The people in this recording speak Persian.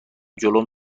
جلوم